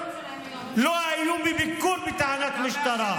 הם לא היו בביקור בתחנת משטרה.